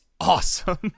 awesome